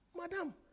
Madam